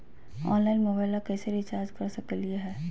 Online मोबाइलबा कैसे recharge कर सकलिए है?